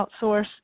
outsource